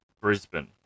Brisbane